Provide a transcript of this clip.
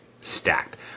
stacked